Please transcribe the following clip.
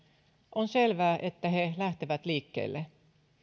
on selvää että he lähtevät liikkeelle